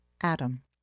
Adam